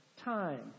time